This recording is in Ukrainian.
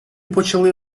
почали